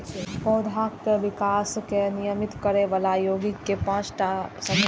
पौधाक विकास कें नियमित करै बला यौगिक के पांच टा समूह होइ छै